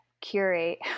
curate